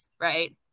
right